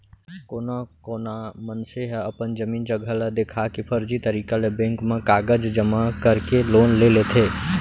कोनो कोना मनसे ह अपन जमीन जघा ल देखा के फरजी तरीका ले बेंक म कागज जमा करके लोन ले लेथे